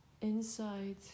inside